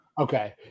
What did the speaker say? Okay